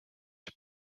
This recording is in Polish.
czy